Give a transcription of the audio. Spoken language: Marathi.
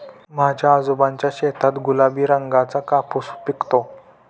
माझ्या आजोबांच्या शेतात गुलाबी रंगाचा कापूस पिकतो